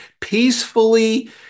peacefully